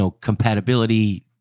compatibility